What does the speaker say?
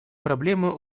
проблемы